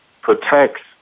protects